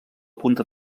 punta